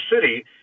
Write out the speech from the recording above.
city